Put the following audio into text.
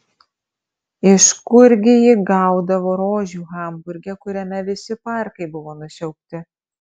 iš kurgi ji gaudavo rožių hamburge kuriame visi parkai buvo nusiaubti